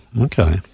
Okay